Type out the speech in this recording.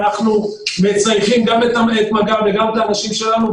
אז אנחנו מצי"חים גם את מג"ב וגם את האנשים שלנו.